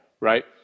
right